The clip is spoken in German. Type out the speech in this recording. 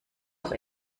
auch